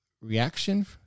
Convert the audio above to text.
reaction